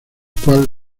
cual